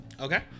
Okay